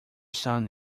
son